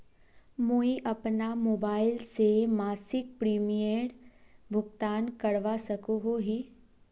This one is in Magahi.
मुई अपना मोबाईल से मासिक प्रीमियमेर भुगतान करवा सकोहो ही?